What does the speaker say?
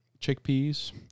chickpeas